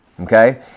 Okay